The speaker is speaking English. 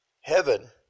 heaven